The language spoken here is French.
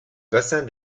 bassin